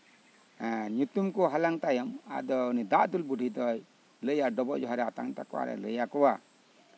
ᱧᱩᱛᱩᱢ ᱠᱚ ᱦᱟᱞᱟᱝ ᱛᱟᱭᱚᱢ ᱟᱫᱚ ᱫᱟᱜ ᱫᱩᱞ ᱵᱩᱰᱦᱤ ᱫᱚ ᱰᱚᱵᱚᱜ ᱡᱚᱦᱟᱨ ᱟᱛᱟᱝ ᱛᱟᱠᱚᱣᱟ ᱟᱨᱮ ᱞᱟᱹᱭ ᱟᱠᱚᱣᱟ